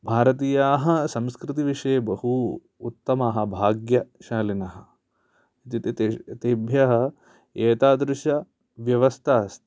भारतीयाः संस्कृतिविषये बहु उत्तमाः भाग्यशालिनः तेभ्यः एतादृश व्यवस्था अस्ति